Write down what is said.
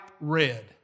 red